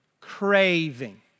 craving